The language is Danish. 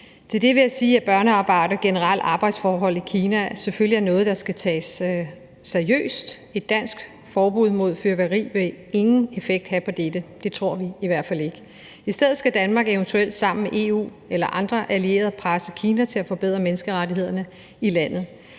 Til det vil jeg sige, at børnearbejde og generelle arbejdsforhold i Kina selvfølgelig er noget, der skal tages seriøst. Et dansk forbud mod fyrværkeri vil ingen effekt have på dette. Det tror vi i hvert fald ikke. I stedet skal Danmark eventuelt sammen med EU eller andre allierede presse Kina til at forbedre menneskerettighederne i landet.